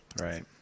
Right